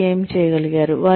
వారు ఏమి చేయగలిగారు